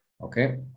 Okay